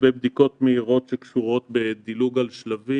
לגבי בדיקות מהירות שקשורות בדילוג על שלבים